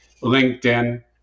LinkedIn